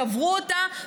שברו אותה,